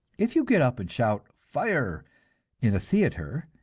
if you get up and shout fire in a theater,